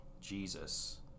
Jesus